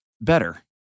better